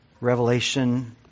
revelation